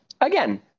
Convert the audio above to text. again